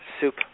soup